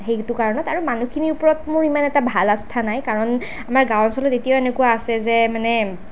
সেইটো কাৰণত আৰু মানুহখিনিৰ ওপৰত মোৰ ইমান এটা ভাল আস্থা নাই কাৰণ আমাৰ গাঁও অঞ্চলত এতিয়াও এনেকুৱা আছে যে মানে